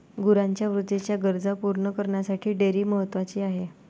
गुरांच्या ऊर्जेच्या गरजा पूर्ण करण्यासाठी डेअरी महत्वाची आहे